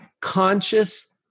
Conscious